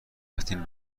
رفتیم